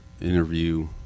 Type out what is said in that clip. interview